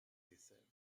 décède